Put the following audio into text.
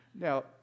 Now